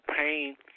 pain